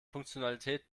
funktionalität